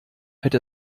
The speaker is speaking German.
hätte